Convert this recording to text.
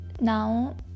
now